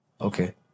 Okay